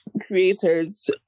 creators